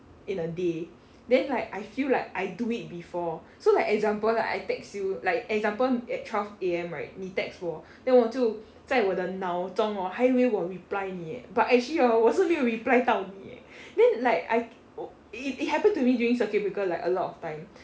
in a day then like I feel like I do it before so like example like I text you like example at twelve A_M right 你 text 我 then 我就在我的脑中 hor 还以为我 reply 你 leh but actually hor 我是没有 reply 到你 eh then like I it happened to me during circuit breaker like a lot of times